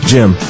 Jim